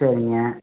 சரிங்க